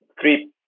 Three